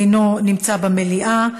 אינו נמצא במליאה.